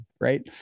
right